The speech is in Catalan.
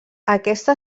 aquesta